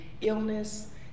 illness